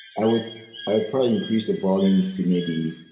i would ah probably increase the volume to maybe